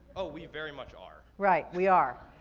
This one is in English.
oh, we very much are. right, we are.